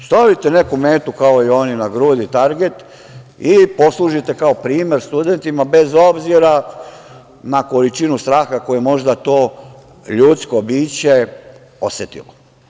Stavite neku metu na grudi, kao i oni, target, i poslužite kao primer studentima bez obzira na količinu straha koji možda to ljudsko biće osetilo.